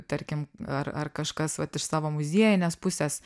tarkim ar ar kažkas vat iš savo muziejinės pusės